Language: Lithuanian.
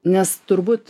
nes turbūt